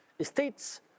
states